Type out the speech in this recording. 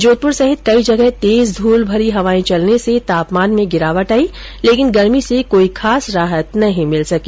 जोधप्र सहित कई जगह तेज धूल भरी हवा चलने से तापमान में गिरावट आई लेकिन गर्मी से कोई खास राहत नहीं मिल सकी